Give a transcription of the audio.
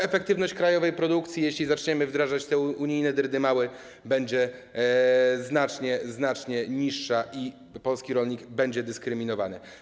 Efektywność krajowej produkcji, gdy zaczniemy wdrażać te unijne dyrdymały, będzie znacznie niższa i polski rolnik będzie dyskryminowany.